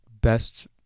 best